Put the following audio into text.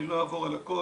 אני לא אעבור על הכול.